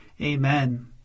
Amen